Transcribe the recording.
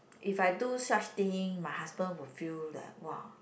if I do such thing my husband will feel like [wah]